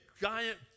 giant